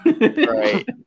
Right